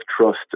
trust